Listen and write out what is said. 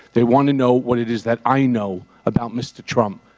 they want to know what it is that i know about mr. trump.